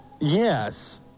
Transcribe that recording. yes